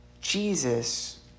Jesus